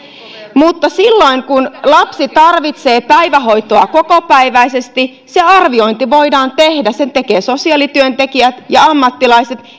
mutta silloin kun lapsi tarvitsee päivähoitoa kokopäiväisesti se arviointi voidaan tehdä sen tekevät sosiaalityöntekijät ja ammattilaiset